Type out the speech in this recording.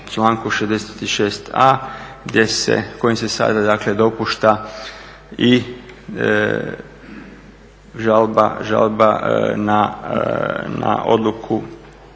članku 66.a kojim se sada dakle dopušta i žalba na odluku